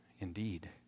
indeed